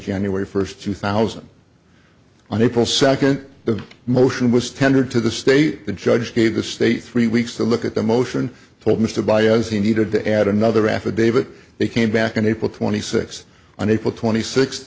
january first two thousand on april second the motion was tendered to the state the judge gave the state three weeks to look at the motion told mr baez he needed to add another affidavit they came back in april twenty sixth on april twenty six